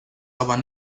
aber